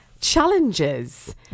challenges